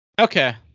Okay